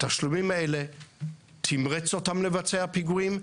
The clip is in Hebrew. שהתשלומים האלה תמרצו אותם לבצע פיגועים,